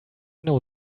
know